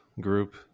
group